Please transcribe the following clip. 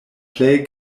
plej